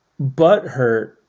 butthurt